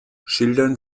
schildern